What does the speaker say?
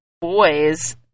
boys